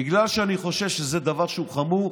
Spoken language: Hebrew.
בגלל שאני חושב שזה דבר שהוא חמור,